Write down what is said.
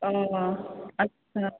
ओ अच्छा